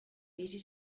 bizi